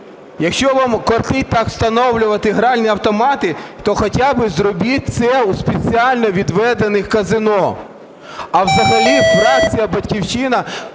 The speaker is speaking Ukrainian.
Якщо вам кортить так встановлювати гральні автомати, то хоча б зробіть це у спеціально відведених казино. А взагалі фракція "Батьківщина"